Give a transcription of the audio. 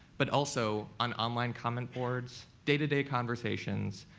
but also on online comment boards, day-to-day conversations,